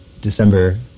december